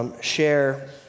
share